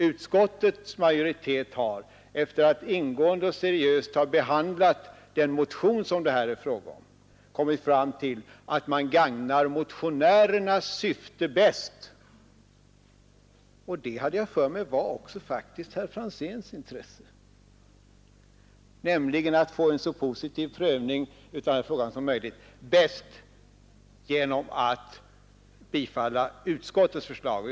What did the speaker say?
Utskottets majoritet har efter att seriöst och ingående ha behandlat motionen kommit fram till att man bäst gagnar motionärernas syfte — och det hade jag för mig var också herr Franzéns intresse — nämligen att få till stånd en så positiv prövning av denna fråga som möjligt, genom att bifalla utskottets förslag.